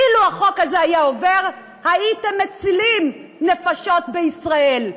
אילו עבר החוק הזה, הייתם מצילים נפשות בישראל.